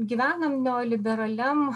gyvenam neoliberaliam